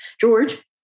George